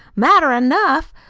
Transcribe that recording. matter enough!